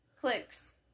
Clicks